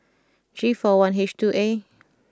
G four I H two A